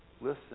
Listen